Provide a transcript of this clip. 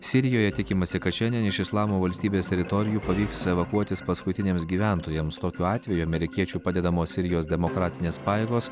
sirijoje tikimasi kad šiandien iš islamo valstybės teritorijų pavyks evakuotis paskutiniams gyventojams tokiu atveju amerikiečių padedamos sirijos demokratinės pajėgos